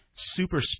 super